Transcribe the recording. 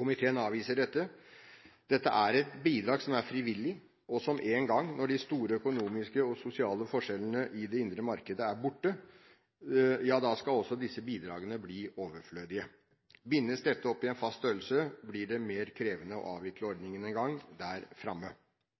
Komiteen avviser dette. Dette er et bidrag som er frivillig, og som en gang, når de store økonomiske og sosiale forskjellene i det indre marked er borte, skal være overflødig. Bindes dette opp til en fast størrelse, blir det mer krevende å avvikle ordningen en gang der framme.